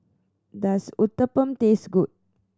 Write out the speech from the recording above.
does Uthapam taste good